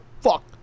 fuck